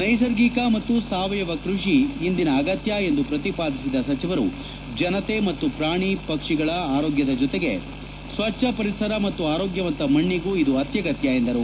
ನೈಸರ್ಗಿಕ ಮತ್ತು ಸಾವಯವ ಕೃಷಿ ಇಂದಿನ ಅಗತ್ಯ ಎಂದು ಪ್ರತಿಪಾದಿಸಿದ ಸಚಿವರು ಜನತೆ ಮತ್ತು ಪ್ರಾಣಿ ಪಕ್ಷಿಗಳ ಆರೋಗ್ಯದ ಜೊತೆಗೆ ಸ್ವಚ್ಧ ಪರಿಸರ ಮತ್ತು ಆರೋಗ್ಯವಂತ ಮಣ್ಣಿಗೂ ಇದು ಅತ್ಯಗತ್ಯ ಎಂದರು